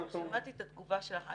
שמעתי את התגובה שלך,